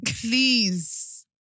Please